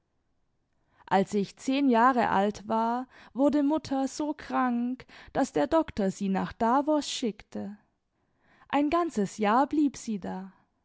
als ich zehn jahre alt war wurde mutter so krank daß der doktor sie nach davos schickte ein ganzes jahr blieb sie da